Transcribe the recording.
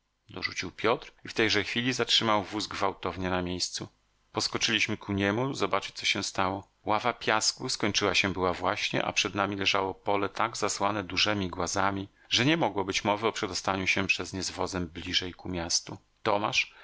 dorzucił piotr i w tejże chwili zatrzymał wóz gwałtownie na miejscu poskoczyliśmy ku niemu zobaczyć co się stało ława piasku skończyła się była właśnie a przed nami leżało pole tak zasłane dużemi głazami że nie mogło być mowy o przedostaniu się przez nie z wozem bliżej ku miastu tomasz